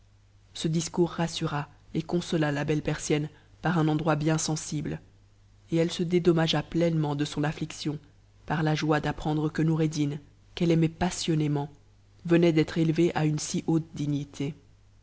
ce discours rassura et consola la bette persienne par un endroit bip sensible et elle se dédommagea pleinement de son affliction par la joip d'apprendre que noureddin qu'elle aimait passionnément venait dèjj f élevé à une si haute dignité